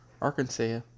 Arkansas